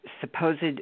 supposed